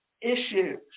issues